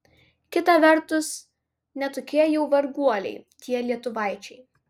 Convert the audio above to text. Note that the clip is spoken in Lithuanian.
kita vertus ne tokie jau varguoliai tie lietuvaičiai